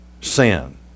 sin